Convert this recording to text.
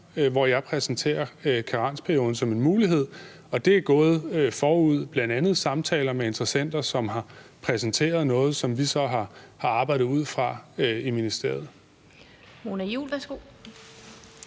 hvor jeg præsenterer karensperioden som en mulighed. Og forud for det har der bl.a. været samtaler med interessenter, som har præsenteret noget, som vi så har arbejdet ud fra i ministeriet. Kl. 17:28 Den fg.